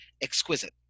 exquisite